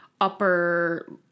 upper